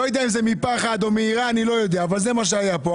לא יודע אם זה מפחד או מיראה, אבל זה מה שהיה פה.